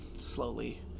slowly